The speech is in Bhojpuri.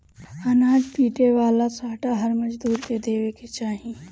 अनाज पीटे वाला सांटा हर मजूरन के देवे के चाही